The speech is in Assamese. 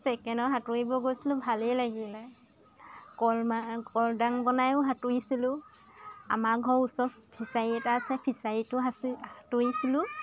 ছেকেণ্ডৰ সাঁতুৰিব গৈছিলোঁ ভালেই লাগিলে কলমাৰ কলডাং বনাইও সাঁতুৰিছিলোঁ আমাৰ ঘৰ ওচৰত ফিছাৰী এটা আছে ফিছাৰীটো সাচি সাঁতুৰিছিলোঁ